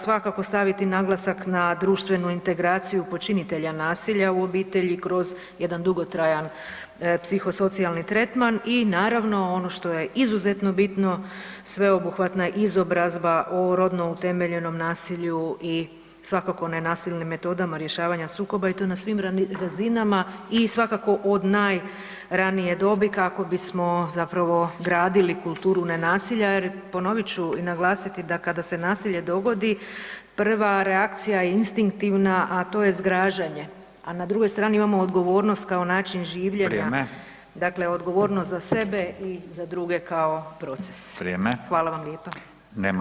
Svakako staviti naglasak na društvenu integraciju počinitelja nasilja u obitelji kroz jedan dugotrajan psihosocijalni tretman i naravno, ono što je izuzetno bitno, sveobuhvatna izobrazna o rodno utemeljenom nasilju i svakako nenasilnim metodama rješavanja sukoba i to na svim razinama i svakako od najranije dobi kako bismo zapravo gradili kulturu nenasilja jer, ponovit ću i naglasiti, da kada se nasilje dogodi, prva reakcija je instinktivna, a to je zgražanje, a na drugoj strani imamo odgovornost kao način življenja [[Upadica: Vrijeme.]] Dakle, odgovornost za sebe i za druge kao proces [[Upadica: Vrijeme.]] Hvala vam lijepa.